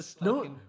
no